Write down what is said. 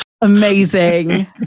Amazing